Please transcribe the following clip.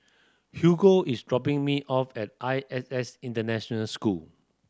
Hugo is dropping me off at I S S International School